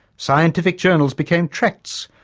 scientific journals became tracts,